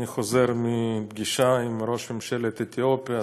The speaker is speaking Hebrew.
אני חוזר מפגישה עם ראש ממשלת אתיופיה,